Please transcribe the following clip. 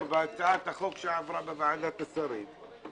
בהצעת החוק שעברה בוועדת השרים,